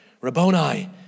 Rabboni